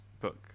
book